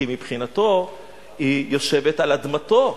כי מבחינתו היא יושבת על אדמתו,